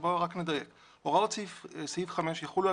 בוא נדייק: הוראות סעיף 5 יחולו על